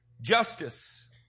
Justice